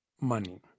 Money